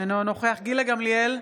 אינו נוכח גילה גמליאל,